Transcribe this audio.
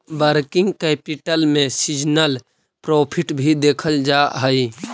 working capital में seasonal profit भी देखल जा हई